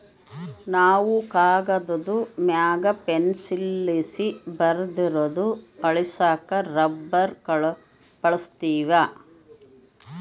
ನಾವು ಕಾಗದುದ್ ಮ್ಯಾಗ ಪೆನ್ಸಿಲ್ಲಾಸಿ ಬರ್ದಿರೋದ್ನ ಅಳಿಸಾಕ ರಬ್ಬರ್ನ ಬಳುಸ್ತೀವಿ